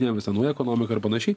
visa nauja ekonomika ir panašiai